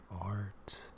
art